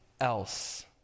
else